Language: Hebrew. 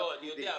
אני יודע.